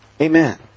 Amen